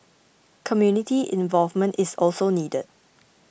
community involvement is also needed